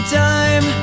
time